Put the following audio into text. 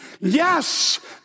yes